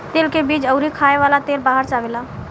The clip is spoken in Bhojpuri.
तेल के बीज अउरी खाए वाला तेल बाहर से आवेला